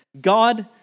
God